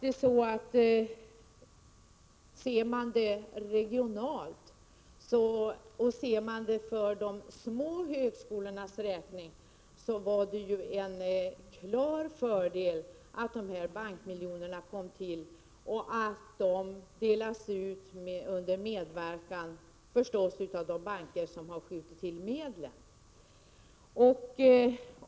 Ser man det regionalt, och för de små högskolornas räkning, så var det ju en klar fördel att de här bankmiljonerna kom till och att de delas ut under medverkan av de banker som har skjutit till medlen.